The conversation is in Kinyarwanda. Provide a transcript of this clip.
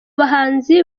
bahanzi